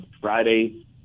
Friday